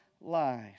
life